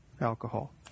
alcohol